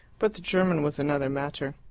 but the german was another matter.